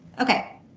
Okay